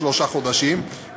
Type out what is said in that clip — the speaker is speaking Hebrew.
שלושה חודשים,